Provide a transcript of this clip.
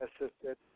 Assisted